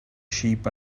sheep